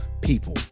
people